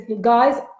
guys